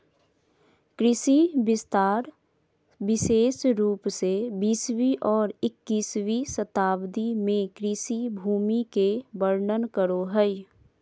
कृषि विस्तार विशेष रूप से बीसवीं और इक्कीसवीं शताब्दी में कृषि भूमि के वर्णन करो हइ